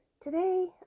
Today